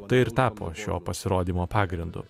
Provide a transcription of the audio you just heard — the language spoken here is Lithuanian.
tai ir tapo šio pasirodymo pagrindu